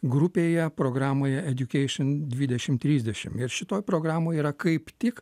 grupėje programoje edjukeišin dvidešim trisdešim ir šitoj programoj yra kaip tik